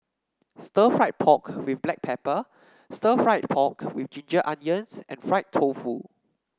Stir Fried Pork with Black Pepper Stir Fried Pork with Ginger Onions and Fried Tofu